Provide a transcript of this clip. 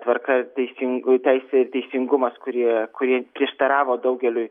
tvarka ir teisin teisė ir teisingumas kurie kurie prieštaravo daugeliui